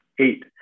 eight